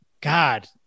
God